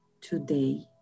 today